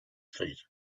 feet